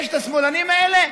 יש את השמאלנים האלה,